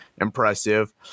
impressive